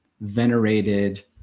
venerated